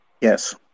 Yes